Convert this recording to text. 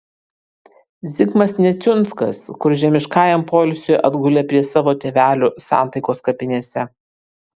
zigmas neciunskas kur žemiškajam poilsiui atgulė prie savo tėvelių santaikos kapinėse